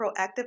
Proactive